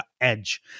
edge